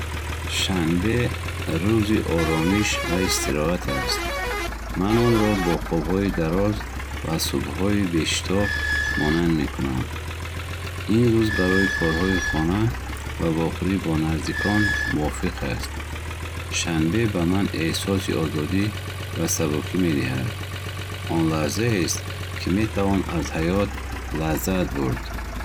Шанбе рӯзи оромиш ва истироҳат аст. Ман онро бо хобҳои дароз ва субҳҳои бе шитоб монанд мекунам. Ин рӯз барои корҳои хона ва вохӯрӣ бо наздикон мувофиқ аст. Шанбе ба ман эҳсоси озодӣ ва сабукӣ медиҳад. Он лаҳзаест, ки метавон аз ҳаёт лаззат бурд.